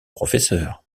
professeur